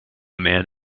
man